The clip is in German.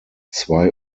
zwei